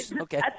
Okay